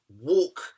walk